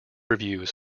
reviews